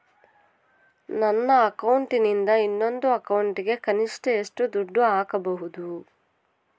ನನ್ನ ಅಕೌಂಟಿಂದ ಇನ್ನೊಂದು ಅಕೌಂಟಿಗೆ ಕನಿಷ್ಟ ಎಷ್ಟು ದುಡ್ಡು ಹಾಕಬಹುದು?